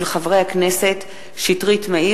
מאת חברי הכנסת מאיר שטרית,